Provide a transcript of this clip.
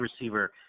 receiver